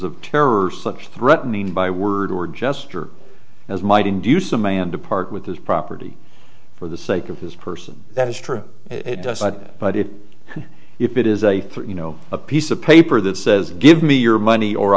a terrorist such threatening by word or gesture as might induce a man to part with his property for the sake of his person that is true it doesn't but it can if it is a threat you know a piece of paper that says give me your money or